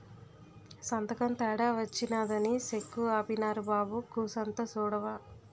సంతకం తేడా వచ్చినాదని సెక్కు ఆపీనారు బాబూ కూసంత సూడవా